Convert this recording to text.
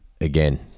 again